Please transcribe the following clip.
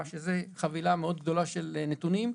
שזאת חבילה מאוד גדולה של נתונים,